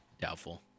Doubtful